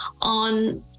on